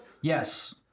Yes